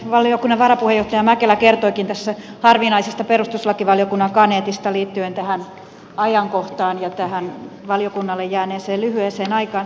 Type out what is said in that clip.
valiokunnan varapuheenjohtaja mäkelä kertoikin tässä harvinaisesta perustuslakivaliokunnan kaneetista liittyen tähän ajankohtaan ja tähän valiokunnalle jääneeseen lyhyeen aikaan